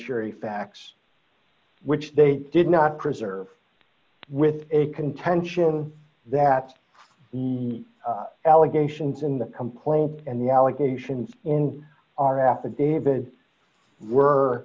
jury facts which they did not preserve with a contention that the allegations in the complaint and the allegations in our affidavit were